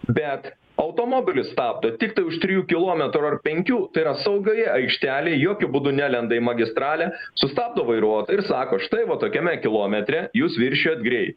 bet automobilius stabo tiktai už trijų kilometrų ar penkių tai yra saugioje aikštelėje jokiu būdu nelenda į magistralę sustabdo vairuotoją ir sako štai va tokiame kilometre jūs viršijot greitį